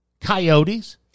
coyotes